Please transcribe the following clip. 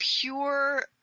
pure